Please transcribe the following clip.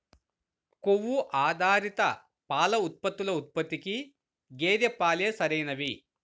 కొవ్వు ఆధారిత పాల ఉత్పత్తుల ఉత్పత్తికి గేదె పాలే సరైనవి